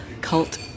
cult